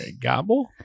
Gobble